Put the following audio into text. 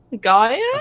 Gaia